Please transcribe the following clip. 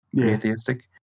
atheistic